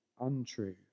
untrue